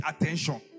attention